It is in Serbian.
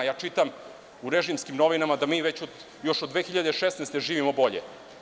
Ja čitam u režimskim novinama da mi od 2016. godine živimo bolje.